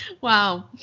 wow